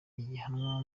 ihiganwa